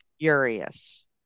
furious